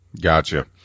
Gotcha